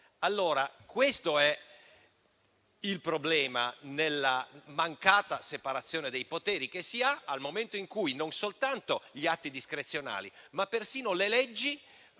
qualcuno. Questo è il problema nella mancata separazione dei poteri, che si ha nel momento in cui non soltanto gli atti discrezionali, ma persino le leggi